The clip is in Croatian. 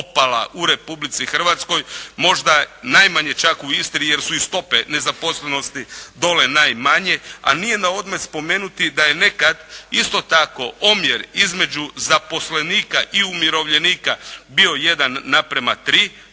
Hrvatskoj, možda najmanje čak u Istri jer su i stope nezaposlenosti dole najmanje, a nije na odmet spomenuti da je nekad isto tako omjer između zaposlenika i umirovljenika bio 1:3. Devedesete